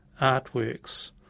artworks